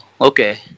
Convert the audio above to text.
okay